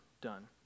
done